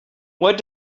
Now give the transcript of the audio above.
what